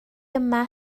yma